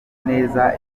neza